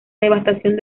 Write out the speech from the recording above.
devastación